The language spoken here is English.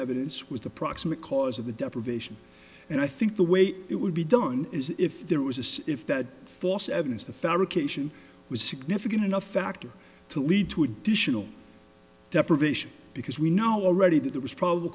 evidence was the proximate cause of the deprivation and i think the way it would be done is if there was a c if that false evidence the fabrication was significant enough factor to lead to additional deprivation because we know already that there was probable